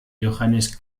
johannes